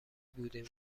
بودیم